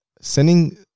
sending